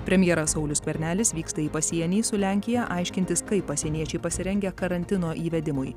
premjeras saulius skvernelis vyksta į pasienį su lenkija aiškintis kaip pasieniečiai pasirengę karantino įvedimui